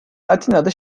atina